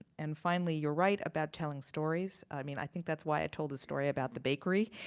and finally, you're right about telling stories. i mean i think that's why i told the story about the bakery,